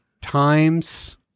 times